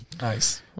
nice